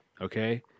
Okay